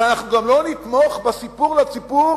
אבל אנחנו גם לא נתמוך בסיפור לציבור